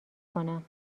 کنم